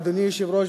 אדוני היושב-ראש,